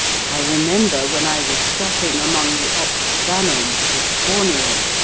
i remember when i was stopping among the ot danoms of borneo,